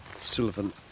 sullivan